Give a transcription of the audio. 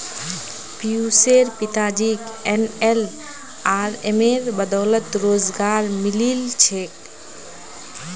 पियुशेर पिताजीक एनएलआरएमेर बदौलत रोजगार मिलील छेक